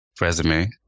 resume